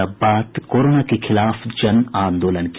और अब बात कोरोना के खिलाफ जनआंदोलन की